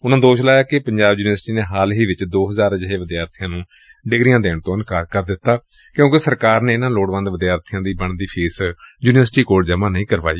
ਉਨਾਂ ਦੋਸ਼ ਲਾਇਆ ਕਿ ਪੰਜਾਬ ਯੁਨੀਵਰਸਿਟੀ ਨੇ ਹਾਲ ਹੀ ਵਿਚ ਦੋ ਹਜ਼ਾਰ ਅਜਿਹੇ ਵਿਦਿਆਰਥੀਆਂ ਨੂੰ ਡਿਗਰੀਆਂ ਦੇਣ ਤੋਂ ਇਨਕਾਰ ਕਰ ਦਿੱਤੈ ਕਿਉਂਕਿ ਸਰਕਾਰ ਨੇ ਇਨ੍ਹਾਂ ਲੋੜਵੰਦ ਵਿਦਿਆਰਥੀਆਂ ਦੀ ਬਣਦੀ ਫੀਸ ਯੂਨੀਵਰਸਿਟੀ ਕੋਲ ਜਮ੍ਪਾਂ ਨਹੀ ਕਰਵਾਈ